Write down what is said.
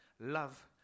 love